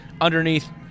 underneath